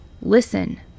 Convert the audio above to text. listen